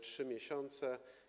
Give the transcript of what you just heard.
3 miesiące.